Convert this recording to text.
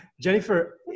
jennifer